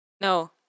No